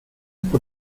por